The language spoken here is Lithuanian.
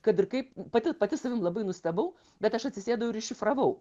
kad ir kaip pati pati savimi labai nustebau bet aš atsisėdau ir iššifravau